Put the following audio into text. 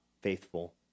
faithful